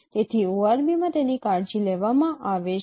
તેથી ORB માં તેની કાળજી લેવામાં આવે છે